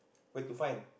where to find